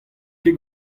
ket